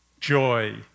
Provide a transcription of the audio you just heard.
joy